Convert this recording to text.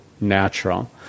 natural